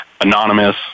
anonymous